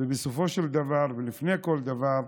בסופו של דבר ולפני כל דבר,